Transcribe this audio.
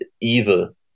evil